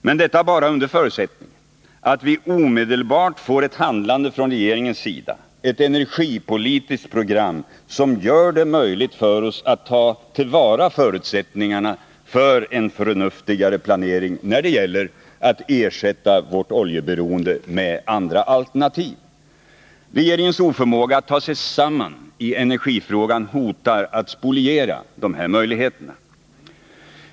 Men detta gäller bara under förutsättningen att vi omedelbart får ett handlande från regeringens sida — ett energipolitiskt program som gör det möjligt för oss att ta till vara förutsättningarna för en förnuftigare planering när det gäller att ersätta vårt oljeberoende med andra alternativ. Regeringens oförmåga att ta sig samman i energifrågan hotar att spoliera dessa möjligheter.